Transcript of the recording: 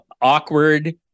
awkward